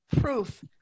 proof